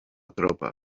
tropa